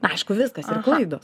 aišku viskas ir klaidos